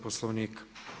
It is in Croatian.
Poslovnika.